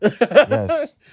Yes